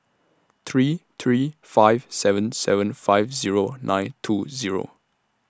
three three five seven seven five Zero nine two Zero